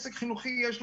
חינוכי.